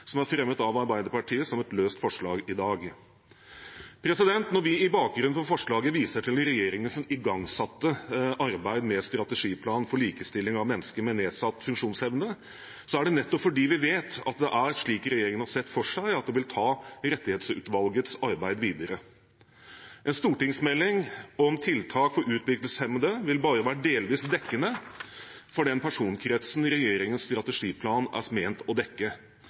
som er fremmet av Arbeiderpartiet som et løst forslag i dag. Når vi i bakgrunnen for forslaget viser til regjeringens igangsatte arbeid med strategiplan for likestilling av mennesker med nedsatt funksjonsevne, er det nettopp fordi vi vet at det er slik regjeringen har sett for seg at den vil ta Rettighetsutvalgets arbeid videre. En stortingsmelding om tiltak for utviklingshemmede vil bare være delvis dekkende for den personkretsen regjeringens strategiplan er ment å dekke.